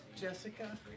Jessica